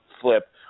flip